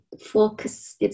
focus